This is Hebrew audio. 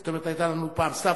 זאת אומרת: היתה לנו פעם סבתא,